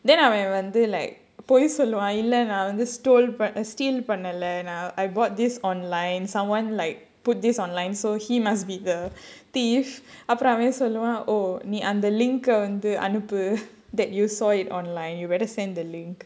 then I அவன் வந்து:avan vandhu like பொய் சொல்லுவான் இல்ல நான் வந்து:poi solluvaan illa naan vandhu stole steal பண்ணல:pannala I bought this online someone like put this online so he must be the thief அப்புறம் அவன் சொல்லுவான்:appuram avan solluvaan oh நீ அந்த:nee andha link வந்து அனுப்பு:vandhu anuppu that you saw it online you better send the link